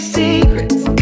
secrets